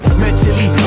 mentally